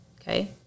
Okay